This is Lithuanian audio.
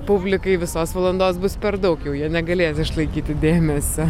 publikai visos valandos bus per daug jau jie negalės išlaikyti dėmesio